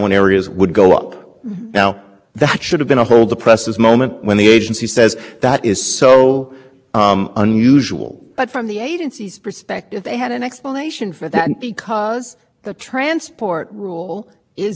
data because that was impacted by care that is not a reasoned explanation because that data was factual data that established a relationship of verified real world relationship between the level of air quality reduction level of the missions reductions upwind and the